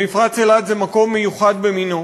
ומפרץ אילת זה מקום מיוחד במינו,